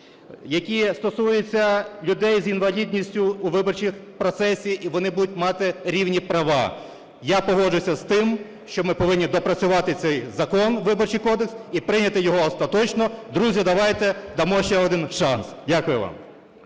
який стосується людей з інвалідністю у виборчому процесі і вони будуть мати рівні права. Я погоджуюсь з тим, що ми повинні доопрацювати цей закон Виборчий кодекс і прийняти його остаточно. Друзі, давайте дамо ще один шанс. Дякую вам.